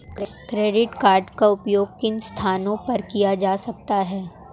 Credit card का उपयोग किन स्थानों पर किया जा सकता है?